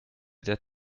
der